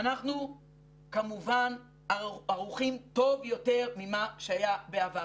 אנחנו כמובן ערוכים טוב יותר ממה שהיה בעבר,